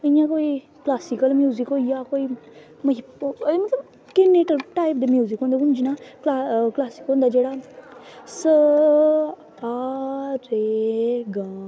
इ'यां ते classic music होई गेआ कोई मिगी मतलब कि किन्ने टाइप दे म्युजिकल क्लासिकल होंदा जेह्ड़ा सा आ रे गा मां